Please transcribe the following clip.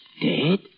Dead